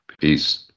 Peace